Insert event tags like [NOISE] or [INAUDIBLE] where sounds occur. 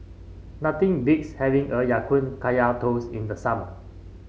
nothing beats having [UNINTELLIGIBLE] Ya Kun Kaya Toast in the summer